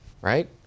right